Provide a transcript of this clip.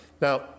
Now